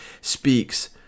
speaks